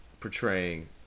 portraying